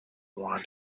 want